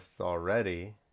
already